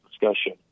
Discussion